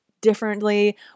differently